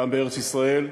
גם בארץ-ישראל,